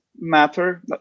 matter